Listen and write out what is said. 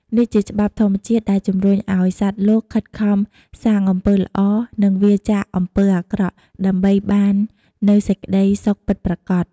នេះជាច្បាប់ធម្មជាតិដែលជំរុញឲ្យសត្វលោកខិតខំសាងអំពើល្អ និងវៀរចាកអំពើអាក្រក់ ដើម្បីបាននូវសេចក្តីសុខពិតប្រាកដ។